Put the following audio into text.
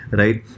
right